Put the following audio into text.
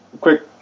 quick